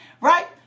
Right